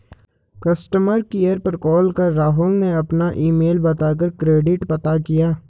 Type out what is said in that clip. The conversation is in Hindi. कस्टमर केयर पर कॉल कर राहुल ने अपना ईमेल बता कर क्रेडिट पता किया